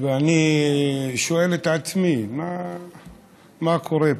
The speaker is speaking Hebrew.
ואני שואל את עצמי מה קורה פה.